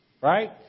right